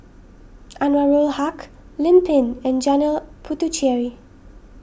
Anwarul Haque Lim Pin and Janil Puthucheary